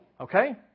Okay